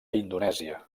indonèsia